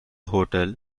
hotel